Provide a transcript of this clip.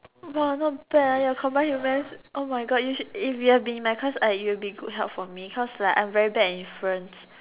not bad your combined humans oh my god you should if you had been in my class I you would be good help for my cause like I'm very bad at inference